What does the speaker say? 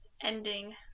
ending